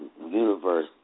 universe